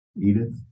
Edith